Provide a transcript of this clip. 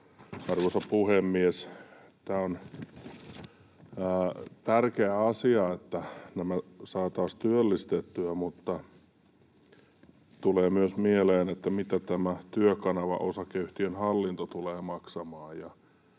Arvoisa puhemies! Tämä on tärkeä asia, että nämä saataisiin työllistettyä, mutta tulee myös mieleen, mitä tämän Työkanava Oy:n hallinto tulee maksamaan